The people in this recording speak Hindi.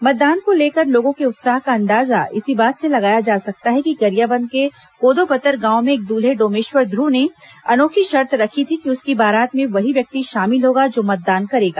मतदान को लेकर लोगों के उत्साह का अंदाजा इसी बात से लगाया जा सकता है कि गरियाबंद के कोदोबतर गांव में एक दल्हे डोमेश्वर ध्रव ने अनोखी शर्त रखी थी कि उसकी बारात में वहीं व्यक्ति शामिल होगा जो मतदान करेगा